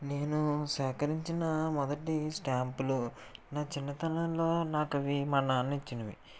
నేను సేకరించిన మొదటి స్టాంపులో నా చిన్నతనంలో నాకవి మా నాన్న ఇచ్చినవి